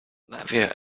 latvia